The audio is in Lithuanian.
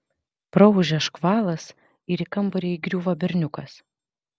praūžia škvalas ir į kambarį įgriūva berniukas